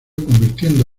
convirtiendo